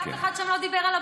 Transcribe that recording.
אף אחד שם לא דיבר על הבנים.